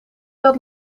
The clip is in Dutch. dat